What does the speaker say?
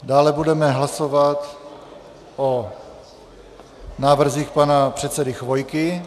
Dále budeme hlasovat o návrzích pana předsedy Chvojky.